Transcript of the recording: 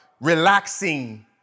relaxing